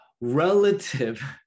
relative